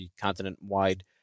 continent-wide